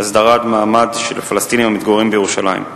הסדרת מעמד של פלסטינים המתגוררים בירושלים.